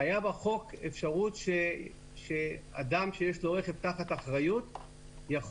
שהיה בחוק אפשרות שאדם שיש לו רכב תחת אחריות יכול